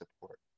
support